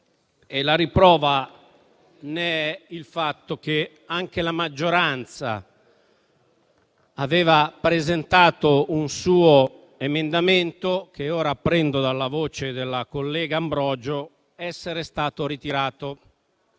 la riprova ne è il fatto che anche la maggioranza aveva presentato un suo emendamento, che ora apprendo dalla voce della collega Ambrogio essere stato ritirato.